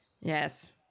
Yes